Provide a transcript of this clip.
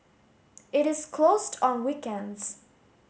it is closed on weekends